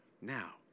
now